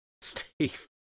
Steve